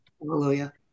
Hallelujah